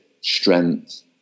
strength